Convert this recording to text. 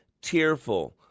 tearful